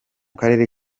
karere